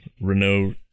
Renault